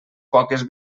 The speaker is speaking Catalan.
poques